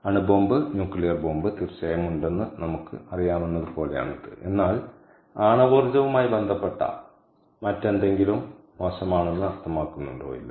അണുബോംബ് nuclear bomb തീർച്ചയായും ഉണ്ടെന്ന് നമുക്ക് അറിയാമെന്നത് പോലെയാണ് ഇത് എന്നാൽ ആണവോർജ്ജവുമായി ബന്ധപ്പെട്ട മറ്റെന്തെങ്കിലും മോശമാണെന്ന് അർത്ഥമാക്കുന്നുണ്ടോ ഇല്ല